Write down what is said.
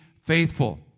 faithful